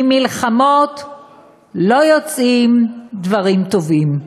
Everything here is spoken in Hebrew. ממלחמות לא יוצאים דברים טובים.